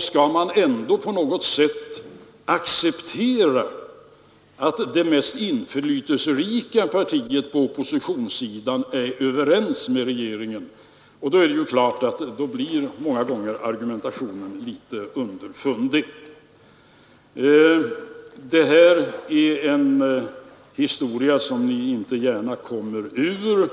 skall man alltså ändå på något sätt acceptera att det mest inflytelserika partiet på oppositionssidan är överens med regeringen, och då är det ju klart att argumentationen många gånger blir motsägelsefull. Det här är en historia som vi inte gärna kommer ur.